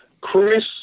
Chris